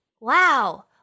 Wow